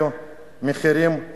בשנתיים וחצי האלה מחירי הדיור